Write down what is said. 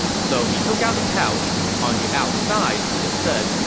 so he took out the pouch. on the outside, it said,